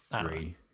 Three